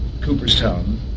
Cooperstown